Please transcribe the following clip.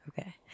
Okay